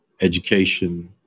education